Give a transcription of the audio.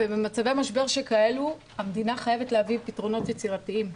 ובמצבי משבר שכאלה המדינה חייבת להביא פתרונות יצירתיים.